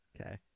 Okay